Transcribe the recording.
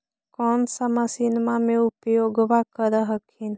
कौन सा मसिन्मा मे उपयोग्बा कर हखिन?